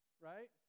right